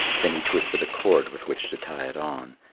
then he twisted a cord with which to tie it on.